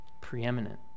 preeminent